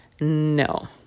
No